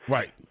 Right